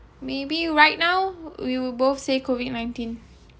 maybe right now we will both say COVID nineteen